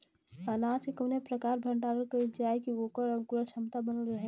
अनाज क कवने प्रकार भण्डारण कइल जाय कि वोकर अंकुरण क्षमता बनल रहे?